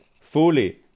fully